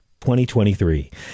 2023